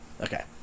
Okay